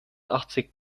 achtzig